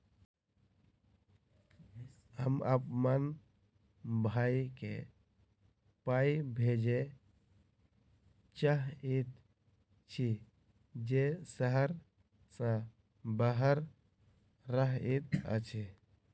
हम अप्पन भयई केँ पाई भेजे चाहइत छि जे सहर सँ बाहर रहइत अछि